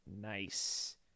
Nice